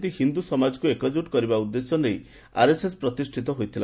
ସେ କହିଛନ୍ତି ହିନ୍ଦୁ ସମାଜକୁ ଏକଚ୍ଚୁଟ କରିବା ଉଦ୍ଦେଶ୍ୟ ନେଇ ଆର୍ଏସ୍ଏସ୍ ପ୍ରତିଷ୍ଠିତ ହୋଇଥିଲା